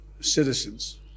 citizens